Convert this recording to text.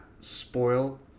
spoil